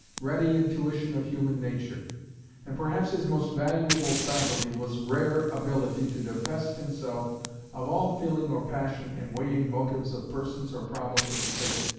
ready intuition of human nature and perhaps his most valuable faculty was rare ability to divest himself of all feeling or passion in weighing motives of persons or problems of state.